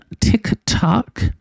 TikTok